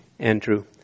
Andrew